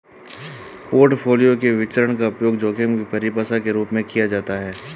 portfolio के विचरण का उपयोग जोखिम की परिभाषा के रूप में किया जाता है